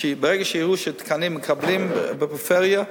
ברגע שיראו שמקבלים תקנים בפריפריה,